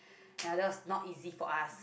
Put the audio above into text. ya that was not easy for us